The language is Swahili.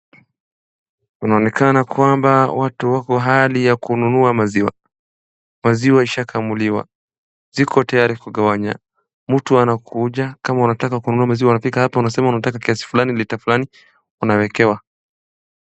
Kunaonekana kwamba watu wako hali ya kununua maziwa. Maziwa ishakamuliwa, ziko tayari kugawanya. Mtu anakuja kama unataka kununua maziwa unafika hapa unasema unataka kiasi fulani, lita fulani unawekewa.